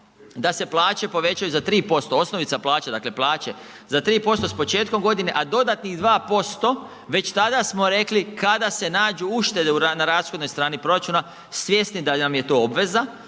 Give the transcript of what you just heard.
da se plaće povećaju za 3%, osnovica plaće dakle plaće za 3% s početkom godine, a dodatnih 2% već tada smo rekli kada se nađu uštede na rashodnoj strani proračuna, svjesni da nam je to obveza.